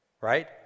Right